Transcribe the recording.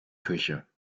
küche